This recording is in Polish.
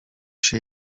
się